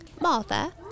Martha